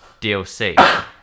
DLC